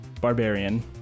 barbarian